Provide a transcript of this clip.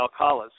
Alcalas